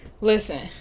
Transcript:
Listen